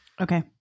okay